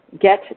get